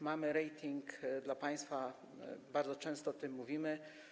Mamy rating dla państwa, bardzo często o tym mówimy.